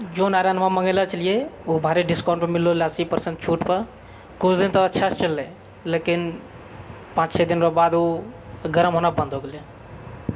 जयनारायण हम मंगैले छलियै ओ भारी डिस्काउंट पर मिललै तीस परसेंट छूट पर किछु दिन तऽ अच्छासँ चललै लेकिन पाँच छओ दिनके बाद ओ गरम होना बंद हो गेलै